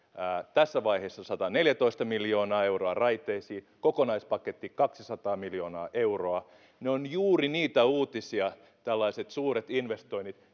tässä vaiheessa sataneljätoista miljoonaa euroa raiteisiin kokonaispaketti kaksisataa miljoonaa euroa ne ovat juuri niitä uutisia tällaiset suuret investoinnit